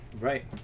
Right